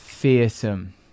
fearsome